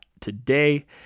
today